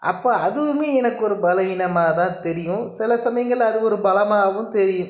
அப்போ அதுவுமே எனக்கு ஒரு பலவீனமாக தான் தெரியும் சில சமயங்களில் அது ஒரு பலமாகவும் தெரியும்